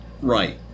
Right